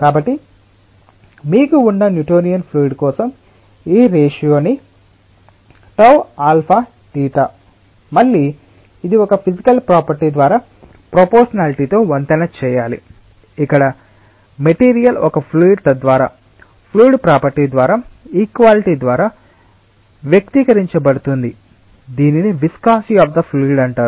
కాబట్టి మీకు ఉన్న న్యూటోనియన్ ఫ్లూయిడ్ కోసం ఈ రేషియో ని ταθ మళ్ళీ ఇది ఒక ఫిసికల్ ప్రాపర్టీ ద్వారా ప్రపోర్షనాలిటి తో వంతెన చేయాలి ఇక్కడ మెటీరియల్ ఒక ఫ్లూయిడ్ తద్వారా ఫ్లూయిడ్ ప్రాపర్టీ ద్వారా ఇక్వలిటి ద్వారా వ్యక్తీకరించబడుతుంది దీనిని విస్కాసిటి అఫ్ ది ఫ్లూయిడ్ అంటారు